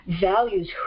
values